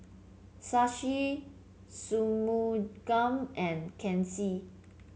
Shashi Shunmugam and Kanshi